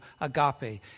agape